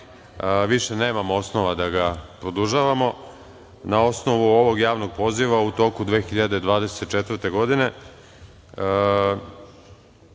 više nemamo osnova da ga produžavamo. Na osnovu ovog javnog poziva, u toku 2024. godine,